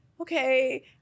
okay